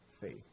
faith